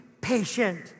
patient